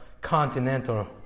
continental